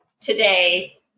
today